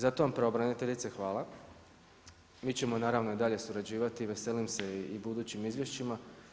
Zato vam pravobraniteljice hvala, mi ćemo naravno i dalje surađivati, veselim se i budućim izvješćima.